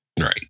Right